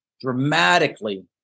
dramatically